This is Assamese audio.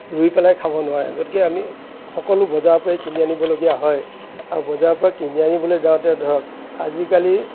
ৰুই পেলাই খাব নোৱাৰে গতিকে আমি সকলো বজাৰৰপৰাই কিনি আনিবলগীয়া হয় আৰু বজাৰৰপৰা কিনি আনিবলৈ যাওঁতে ধৰক আজিকালি